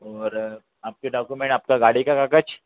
और आपके डॉक्यूमेंट आपका गाड़ी का कागज